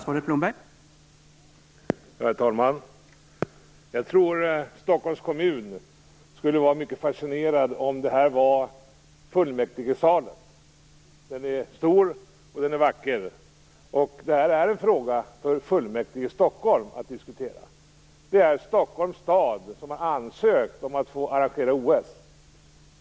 Herr talman! Jag tror att Stockholms kommuns skulle vara mycket fascinerad om det här var fullmäktigesalen. Den är stor och den är vacker. Det här är en fråga för fullmäktige i Stockholm att diskutera. Det är Stockholms stad som har ansökt om att få arrangera OS.